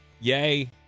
yay